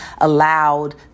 allowed